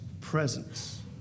presence